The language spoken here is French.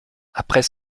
après